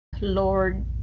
Lord